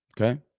Okay